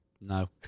No